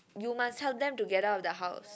you must help them to get out of the house